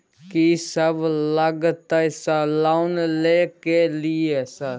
कि सब लगतै सर लोन ले के लिए सर?